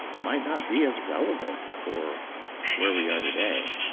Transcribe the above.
might not be as relevant for where we are today.